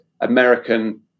American